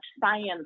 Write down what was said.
science